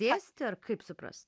liesti ar kaip suprast